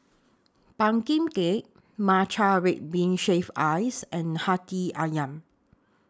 Pumpkin Cake Matcha Red Bean Shaved Ice and Hati Ayam